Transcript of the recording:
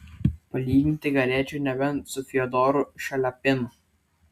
palyginti galėčiau nebent su fiodoru šaliapinu